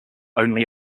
only